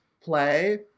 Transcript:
play